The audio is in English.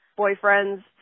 boyfriend's